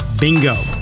Bingo